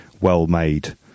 well-made